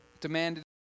demanded